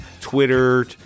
Twitter